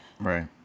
Right